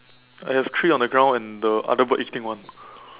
I have three on the ground and the other bird eating one